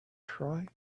try